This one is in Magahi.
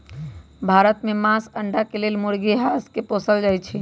भारत में मास, अण्डा के लेल मुर्गी, हास के पोसल जाइ छइ